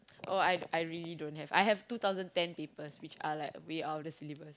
oh oh I really don't have I have two thousand ten which are way out of the syllabus